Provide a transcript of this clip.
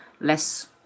less